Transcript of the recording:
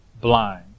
blind